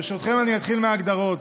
ברשותכם, אני אתחיל מההגדרות.